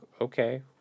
okay